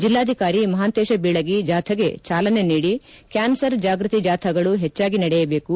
ಜಿಲ್ದಾಧಿಕಾರಿ ಮಹಾಂತೇಶ ಬೀಳಗಿ ಜಾಥಾಗೆ ಚಾಲನೆ ನೀಡಿ ಕ್ಯಾನ್ಸರ್ ಜಾಗೃತಿ ಜಾಥಾಗಳು ಹೆಚ್ಚಾಗಿ ನಡೆಯಬೇಕು